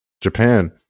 Japan